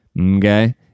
Okay